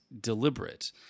deliberate